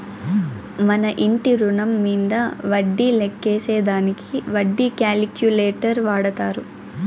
మన ఇంటి రుణం మీంద వడ్డీ లెక్కేసే దానికి వడ్డీ క్యాలిక్యులేటర్ వాడతారు